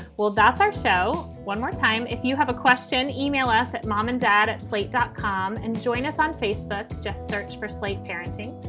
well, that's our show one more time. if you have a question. email us at mom and dad at slate dot com. and join us on facebook. just search for slate parenting.